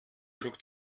druck